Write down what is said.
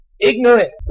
ignorant